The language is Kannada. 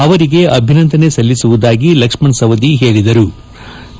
ಅವರಿಗೆ ಅಭಿನಂದನೆ ಸಲ್ಲಿಸುವುದಾಗಿ ಲಕ್ಷಣ ಸವದಿ ಹೇಳದ್ದಾರೆ